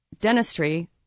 dentistry